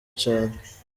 cane